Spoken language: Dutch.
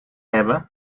hebben